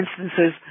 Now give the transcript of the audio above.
instances